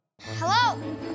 Hello